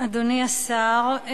אדוני השר,